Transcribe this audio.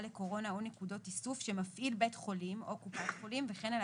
לקורונה או נקודות איסוף שמפעיל בית חולים או קופת חולים וכן על